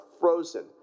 frozen